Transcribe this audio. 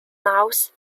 niles